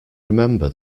remember